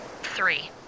Three